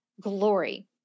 glory